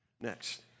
Next